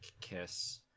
Kiss